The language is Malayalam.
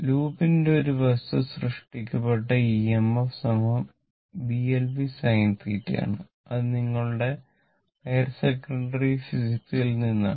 ലൂപ്പിന്റെ ഒരു വശത്ത് സൃഷ്ടിക്കപ്പെട്ട EMFBLVsinθ ആണ് ഇത് നിങ്ങളുടെ ഹയർ സെക്കണ്ടറി ഫിസിക്സിൽ നിന്നാണ്